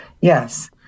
Yes